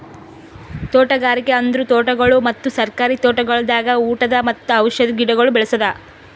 ತೋಟಗಾರಿಕೆ ಅಂದುರ್ ತೋಟಗೊಳ್ ಮತ್ತ ಸರ್ಕಾರಿ ತೋಟಗೊಳ್ದಾಗ್ ಉಟದ್ ಮತ್ತ ಔಷಧಿ ಗಿಡಗೊಳ್ ಬೇಳಸದ್